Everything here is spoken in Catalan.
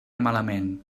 malament